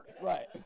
Right